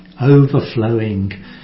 overflowing